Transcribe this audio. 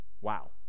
Wow